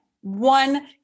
one